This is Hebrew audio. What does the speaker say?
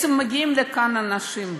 מגיעים לכאן אנשים,